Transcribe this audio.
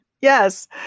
Yes